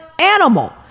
animal